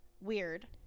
Weird